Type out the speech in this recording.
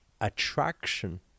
attraction